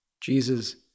Jesus